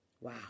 Wow